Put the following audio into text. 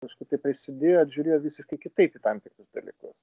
aišku tai prisidėjo ir žiūrėjo visiškai kitaip į tam tikrus dalykus